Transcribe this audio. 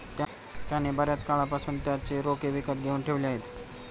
त्याने बर्याच काळापासून त्याचे रोखे विकत घेऊन ठेवले आहेत